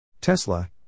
Tesla